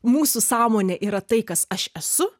mūsų sąmonė yra tai kas aš esu